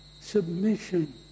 submission